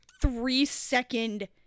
three-second